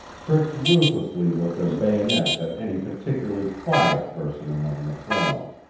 pricked ruthlessly with their bayonets at any particularly quiet person among the throng.